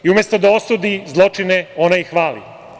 I umesto da osudi zločine, ona ih hvali.